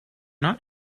not